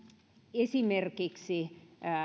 esimerkiksi